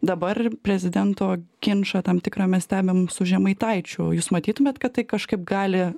dabar prezidento ginčą tam tikrą mes stebim su žemaitaičiu jūs matytumėt kad tai kažkaip gali